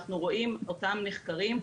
אנחנו רואים את אותם נחקרים,